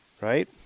right